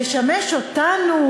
ישמש אותנו,